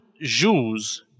Jews